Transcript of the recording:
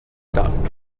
duck